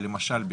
למשל,